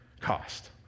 cost